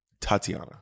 Tatiana